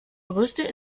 größte